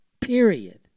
Period